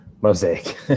Mosaic